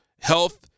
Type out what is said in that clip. health